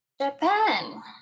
japan